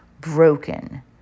broken